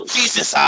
Jesus